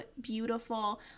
beautiful